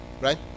right